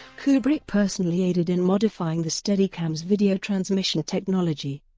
kubrick personally aided in modifying the steadicam's video transmission technology.